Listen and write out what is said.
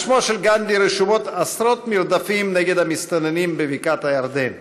על שמו של גנדי רשומים עשרות מרדפים אחרי מסתננים בבקעת הירדן.